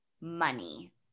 money